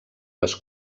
les